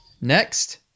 Next